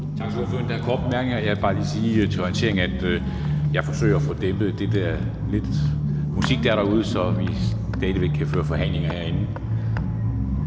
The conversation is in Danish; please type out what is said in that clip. Tak til ordføreren. Der er nogle korte bemærkninger. Jeg vil bare lige sige til orientering, at jeg forsøger at få dæmpet den musik, der er derude på Slotspladsen, så vi stadig væk kan føre forhandlinger herinde.